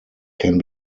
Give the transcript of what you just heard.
can